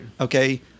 Okay